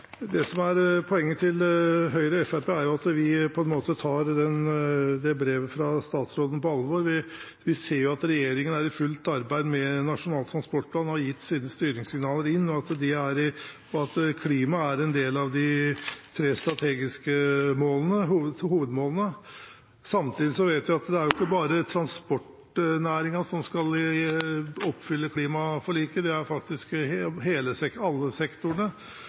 Det som er poenget til Høyre og Fremskrittspartiet, er at vi tar det brevet fra statsråden på alvor. Vi ser at regjeringen er i fullt arbeid med Nasjonal transportplan og har gitt sine styringssignaler inn, og at klima er en del av de tre strategiske hovedmålene. Samtidig vet vi at det ikke bare er transportnæringen som skal oppfylle klimaforliket, det er faktisk alle sektorene,